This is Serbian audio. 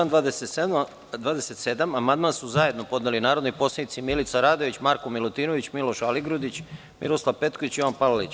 Na član 27. amandman su zajedno podneli narodni poslanici Milica Radović, Marko Milutinović, Miloš Aligrudić, Miroslav Petković i Jovan Palalić.